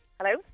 Hello